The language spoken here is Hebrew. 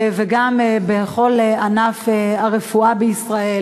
וגם בכל ענף הרפואה בישראל,